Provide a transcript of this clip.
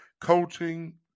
coaching